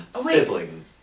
sibling